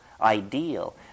ideal